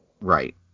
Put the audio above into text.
Right